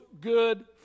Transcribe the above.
good